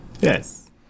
Yes